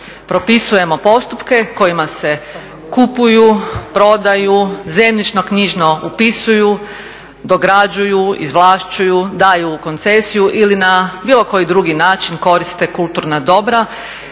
propisujemo postupke kojima se kupuju, prodaju, zemljišno-knjižno upisuju, dograđuju, izvlašćuju, daju u koncesiju ili na bilo koji drugi način koriste kulturna dobra